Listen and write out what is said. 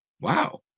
Wow